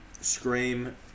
Scream